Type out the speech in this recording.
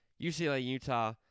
UCLA-Utah